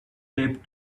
taped